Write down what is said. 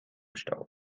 staub